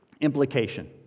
implication